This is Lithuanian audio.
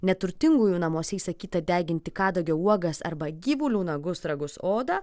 neturtingųjų namuose įsakyta deginti kadagio uogas arba gyvulių nagus ragus odą